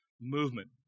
Movement